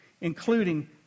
including